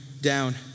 down